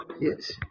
Yes